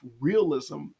realism